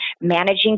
managing